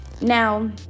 Now